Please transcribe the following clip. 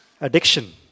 addiction